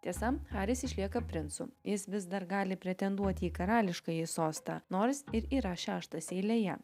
tiesa haris išlieka princu jis vis dar gali pretenduoti į karališkąjį sostą nors ir yra šeštas eilėje